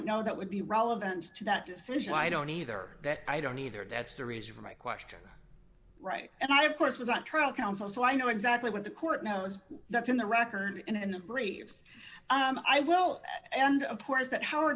know that would be relevant to that decision i don't either that i don't either that's the reason for my question right and i have course was on trial counsel so i know exactly what the court knows that's in the record and in the briefs i will and of course that howard